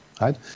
right